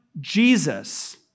Jesus